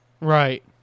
Right